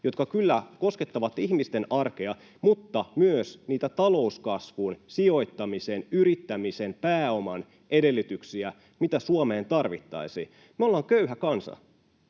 jotka kyllä koskettavat ihmisten arkea mutta myös niitä talouskasvun, sijoittamisen, yrittämisen ja pääoman edellytyksiä, mitä Suomeen tarvittaisiin. Me ollaan köyhä kansa.